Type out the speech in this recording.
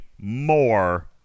more